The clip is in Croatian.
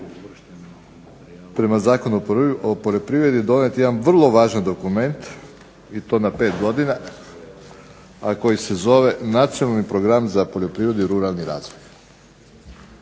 prema Zakonu o poljoprivredi donijeti jedan vrlo važan dokument i to na 5 godina, a koji se zove Nacionalni program za poljoprivredu i ruralni razvoj.